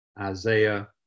Isaiah